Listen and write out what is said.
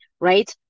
right